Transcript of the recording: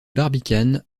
barbicane